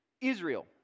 Israel